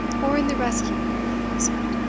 or in the rescue of the innocent.